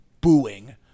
booing